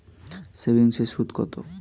সেভিংসে সুদ কত?